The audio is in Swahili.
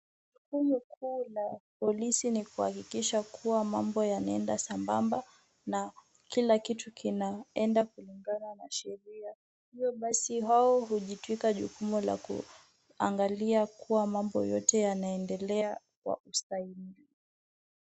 Jukumu kuu la polisi ni kuhakikisha kuwa mabo yanaenda sambamba na kila kitu kinaenda kulingana na sheria. Hivyo basi hao hujitwika jukumu la kuangalia kuwa mambo yote yanaendelea kwa ustahimili.